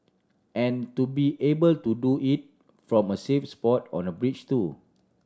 and to be able to do it from a safe spot on a bridge too